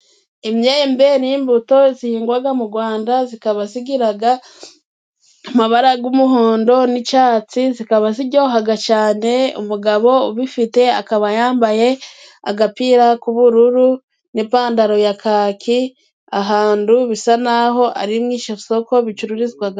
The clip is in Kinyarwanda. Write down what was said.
Imyembe ni imbuto zihingwa mu Rwanda zikaba zigira amabara y'umuhondo n'icyatsi zikaba ziryoha cyane umugabo ubifite akaba yambaye agapira k'ubururu n'ipantaro ya kaki ahantu bisa naho ari mu isoko bicururizwa.